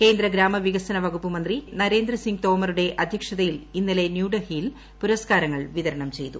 കേന്ദ്ര ഗ്രാമവികസന വകുപ്പ് മന്ത്രി നരേന്ദ്ര സിംഗ് ഇന്നലെ തോമറുടെ അധ്യക്ഷതയിൽ ന്യൂഡൽഹിയിൽ പുരസ്കാരങ്ങൾ വിതരണം ചെയ്തു